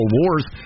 wars